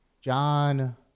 John